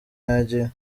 yagiye